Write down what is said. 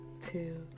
two